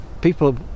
people